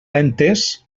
entès